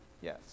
Yes